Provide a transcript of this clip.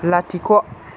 लाथिख'